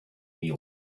meal